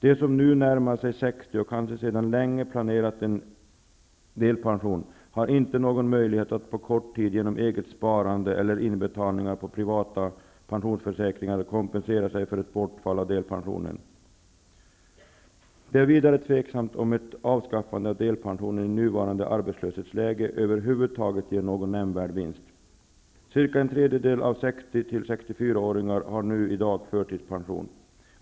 De som nu närmar sig 60 år och kanske sedan länge planerat en delpension har inte någon möjlighet att på kort tid genom eget sparande eller inbetalningar på privata pensionsförsäkringar kompensera sig för ett bortfall av delpensionen. Det är vidare tveksamt om ett avskaffande av delpensionen i nuvarande arbetslöshetsläge över huvud taget ger någon nämnvärd vinst. Cirka en trejedel av antalet 60--64-åringar har i dag förtidspension.